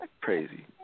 Crazy